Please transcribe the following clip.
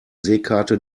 seekarte